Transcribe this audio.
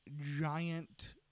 giant